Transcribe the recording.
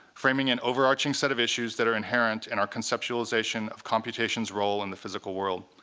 framing an overarching set of issues that are inherent in our conceptualization of computation's role in the physical world.